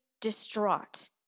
distraught